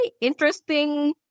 interesting